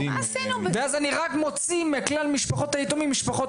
ואז אני רק מוציא מכלל משפחות היתומים את משפחות